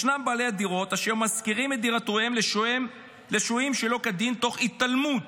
ישנם בעלי דירות אשר משכירים את דירותיהם לשוהים שלא כדין תוך התעלמות